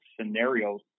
scenarios